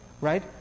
right